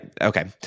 okay